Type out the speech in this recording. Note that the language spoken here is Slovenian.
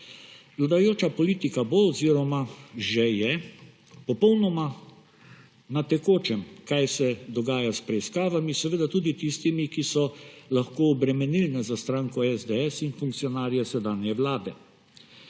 Vladajoča politika bo oziroma je že popolnoma na tekočem, kaj se dogaja s preiskavami, seveda tudi tistimi, ki so lahko obremenilne za stranko SDS in funkcionarje sedanje vlade.